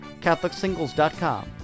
CatholicSingles.com